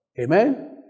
Amen